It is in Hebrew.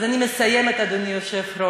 אז אני מסיימת, אדוני היושב-ראש: